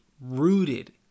rooted